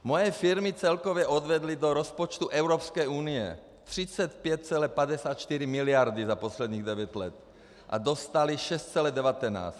Moje firmy celkově odvedly do rozpočtu Evropské unie 35,54 mld. za posledních devět let a dostaly 6,19.